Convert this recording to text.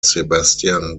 sebastian